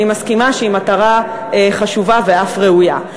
אני מסכימה שהיא מטרה חשובה ואף ראויה.